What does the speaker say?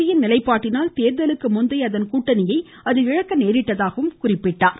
யின் நிலைப்பாட்டினால் தேர்தலுக்கு முந்தைய அதன் கூட்டணியை அது இழக்க நேரிட்டதாகவும் குறிப்பிட்டார்